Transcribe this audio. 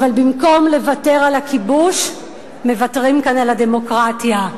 אבל במקום לוותר על הכיבוש מוותרים כאן על הדמוקרטיה,